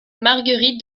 marguerite